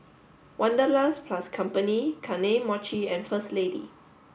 Wanderlust plus Company Kane Mochi and First Lady